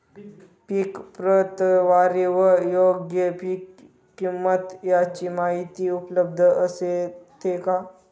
पीक प्रतवारी व योग्य पीक किंमत यांची माहिती उपलब्ध असते का?